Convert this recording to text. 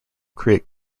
create